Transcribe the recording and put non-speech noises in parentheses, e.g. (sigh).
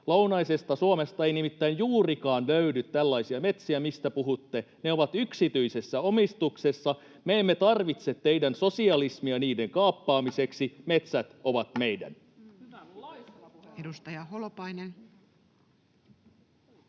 Lounaisesta Suomesta ei nimittäin juurikaan löydy tällaisia metsiä, mistä puhutte. Ne ovat yksityisessä omistuksessa. Me emme tarvitse teidän sosialismia niiden kaappaamiseksi. (noise)